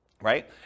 right